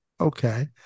okay